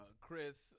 Chris